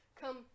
come